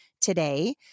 today